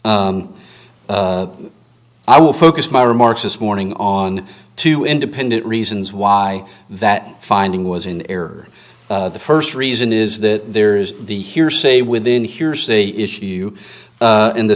i will focus my remarks this morning on two independent reasons why that finding was in error the first reason is that there is the hearsay within hearsay issue in the